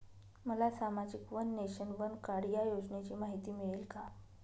मला सामाजिक one nation, one card या योजनेची माहिती मिळेल का?